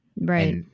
Right